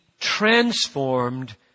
transformed